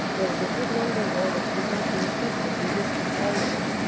there was a good number there that could not be infected with this contagion.